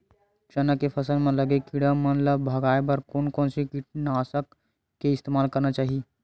चना के फसल म लगे किड़ा मन ला भगाये बर कोन कोन से कीटानु नाशक के इस्तेमाल करना चाहि?